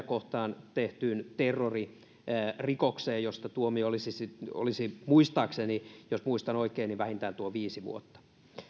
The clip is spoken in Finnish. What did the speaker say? kohtaan tehtyyn terroririkokseen josta tuomio olisi jos muistan oikein vähintään viisi vuotta